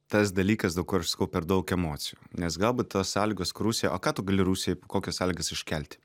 tas dalykas daug kur aš sakau per daug emocijų nes galbūt tos sąlygos kur rusija o ką tu gali rusijai kokias sąlygas iškelti